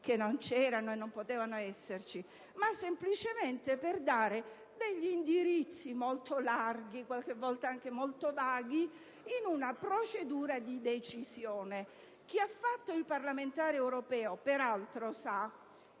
che non c'erano e non potevano esserci, ma semplicemente per indicare degli indirizzi, pur se molto larghi ed a volte molto vaghi, in una procedura di decisione. Chi è stato parlamentare europeo peraltro sa